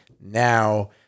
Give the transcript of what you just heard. now